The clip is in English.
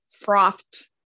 frothed